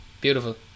Beautiful